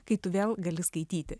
kai tu vėl gali skaityti